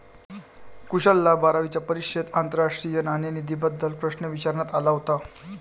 कुशलला बारावीच्या परीक्षेत आंतरराष्ट्रीय नाणेनिधीबद्दल प्रश्न विचारण्यात आला होता